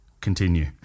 Continue